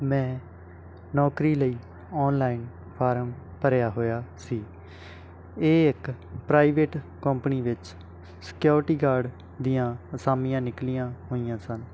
ਮੈਂ ਨੌਕਰੀ ਲਈ ਔਨਲਾਈਨ ਫਾਰਮ ਭਰਿਆ ਹੋਇਆ ਸੀ ਇਹ ਇੱਕ ਪ੍ਰਾਈਵੇਟ ਕੰਪਨੀ ਵਿੱਚ ਸਿਕਿਉਰਟੀ ਗਾਰਡ ਦੀਆਂ ਅਸਾਮੀਆਂ ਨਿਕਲੀਆਂ ਹੋਈਆਂ ਸਨ